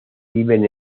viven